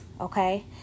okay